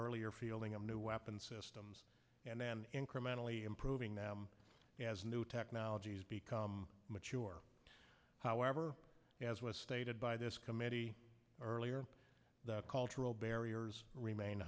earlier fielding of new weapons systems and then incrementally improving them as new technologies become mature however as was stated by this committee earlier the cultural barriers remain